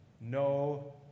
no